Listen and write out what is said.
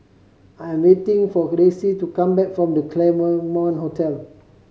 I'm waiting for Ressie to come back from The Claremont Hotel